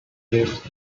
lives